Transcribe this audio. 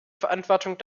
verantwortung